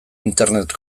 internet